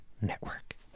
Network